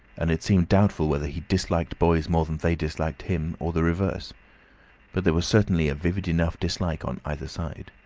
and it seemed doubtful whether he disliked boys more than they disliked him, or the reverse but there was certainly a vivid enough dislike on either side.